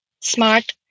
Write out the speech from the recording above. smart